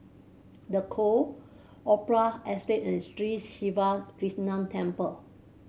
the call Opera Estate and Sri Siva Krishna Temple